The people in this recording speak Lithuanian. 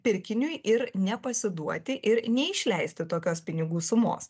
pirkiniui ir nepasiduoti ir neišleisti tokios pinigų sumos